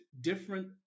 different